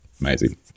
amazing